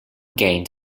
gained